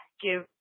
give